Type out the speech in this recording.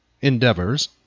endeavors